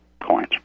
coins